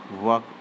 work